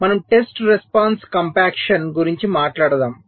మనం test response compaction గురించి మాట్లాడుతాము